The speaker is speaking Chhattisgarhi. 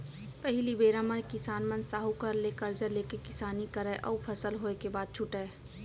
पहिली बेरा म किसान मन साहूकार ले करजा लेके किसानी करय अउ फसल होय के बाद छुटयँ